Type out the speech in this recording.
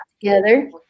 together